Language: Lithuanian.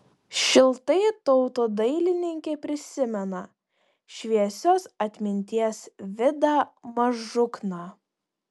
šiltai tautodailininkė prisimena šviesios atminties vidą mažukną